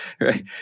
Right